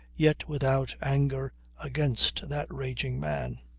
yet without anger against that raging man.